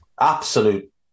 absolute